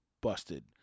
busted